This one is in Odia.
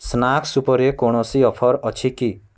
ସ୍ନାକ୍ସ୍ ଉପରେ କୌଣସି ଅଫର୍ ଅଛି କି